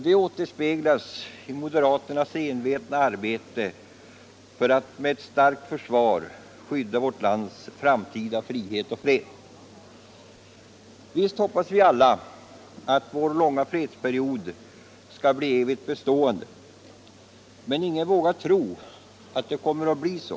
Detta återspeglas i moderaternas envetna arbete för att med ett starkt försvar skydda vårt lands framtida frihet och fred. Visst hoppas vi alla att vårt lands långa fredsperiod skall bli evigt bestående, men ingen vågar tro att det kommer att bli så.